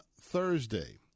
Thursday